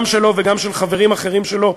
גם שלו וגם של חברים אחרים שלו,